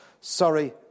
Sorry